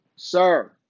Sir